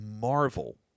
marvel